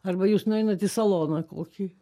arba jūs nueinat į saloną kokį